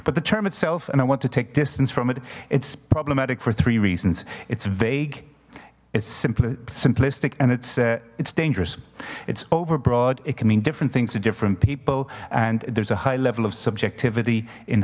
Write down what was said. but the term itself and i want to take distance from it it's problematic for three reasons it's vague it's simply simplistic and it's it's dangerous it's over broad it can mean different things to different people and there's a high level of subjectivity in